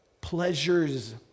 Pleasures